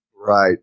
Right